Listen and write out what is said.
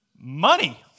money